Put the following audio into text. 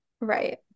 Right